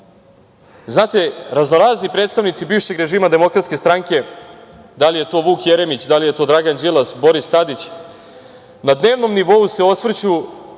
na to. Raznorazni predstavnici bivšeg režima DS, da li je to Vuk Jeremić, da li je to Dragan Đilas, Boris Tadić, na dnevnom nivou se osvrću